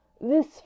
This